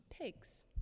pigs